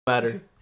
matter